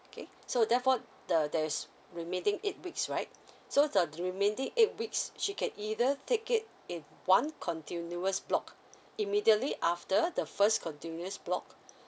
okay so therefore the there is remaining eight weeks right so the remaining eight weeks she can either take it in one continuous block immediately after the first continuous block